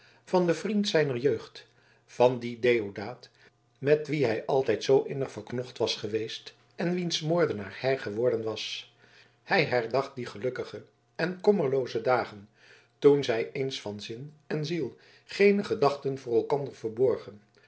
van den vriend zijner jeugd van dien deodaat met wien hij altijd zoo innig verknocht was geweest en wiens moordenaar hij geworden was hij herdacht die gelukkige en kommerlooze dagen toen zij eens van zin en ziel geene gedachten voor elkander verborgen